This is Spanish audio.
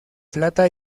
plata